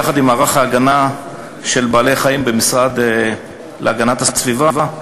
יחד עם מערך ההגנה של בעלי-חיים במשרד להגנת הסביבה,